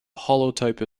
holotype